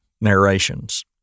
narrations